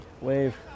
wave